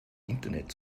internet